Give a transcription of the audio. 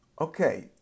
Okay